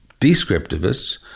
descriptivists